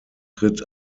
tritt